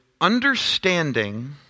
understanding